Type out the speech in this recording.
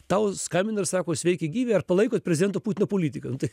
tau skambina ir sako sveiki gyvi ar palaikot prezidento putino politiką tai